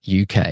UK